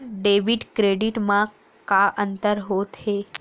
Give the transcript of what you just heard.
Debit credit मा का अंतर होत हे?